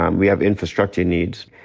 um we have infrastructure needs.